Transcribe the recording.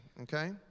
okay